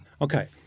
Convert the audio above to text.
Okay